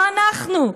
לא אנחנו.